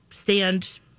Stand